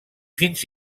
fins